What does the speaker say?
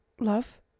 Love